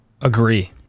agree